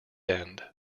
end